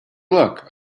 look